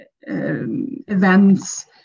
events